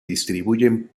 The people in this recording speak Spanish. distribuyen